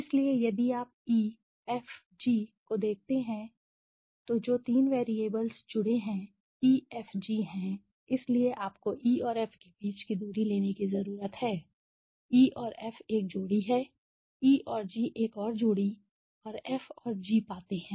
इसलिए यदि आप E F G को देखते हैं तो जो 3 वैरिएबल्स जुड़े हुए हैं E F G हैं इसलिए आपको ई और एफ के बीच की दूरी लेने की जरूरत है ई और एफ एक जोड़ी ई और जी एक और जोड़ी और एफ और जी पाते हैं